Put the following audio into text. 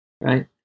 Right